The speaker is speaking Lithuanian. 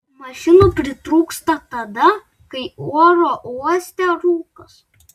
mašinų pritrūksta tada kai oro uoste rūkas